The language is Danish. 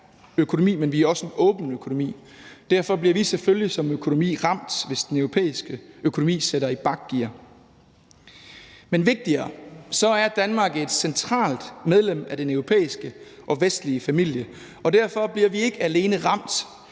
men vi er også en åben økonomi. Derfor bliver vi selvfølgelig som økonomi ramt, hvis den europæiske økonomi sætter i bakgear. Men vigtigere er det, at Danmark er et centralt medlem af den europæiske og vestlige familie, og derfor bliver vi ikke alene ramt